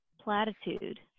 platitude